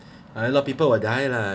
a lot of people will die lah